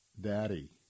Daddy